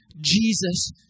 Jesus